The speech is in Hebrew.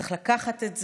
צריך לקחת את זה,